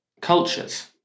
cultures